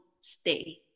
stay